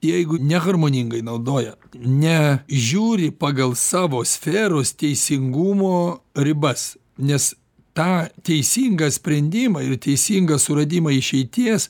jeigu neharmoningai naudoja ne žiūri pagal savo sferos teisingumo ribas nes tą teisingą sprendimą ir teisingą suradimą išeities